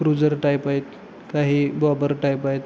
cruiser type आहेत काही bobber type आहेत